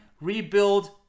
rebuild